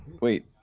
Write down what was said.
wait